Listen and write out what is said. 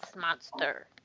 monster